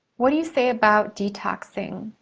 what do you say about detoxing?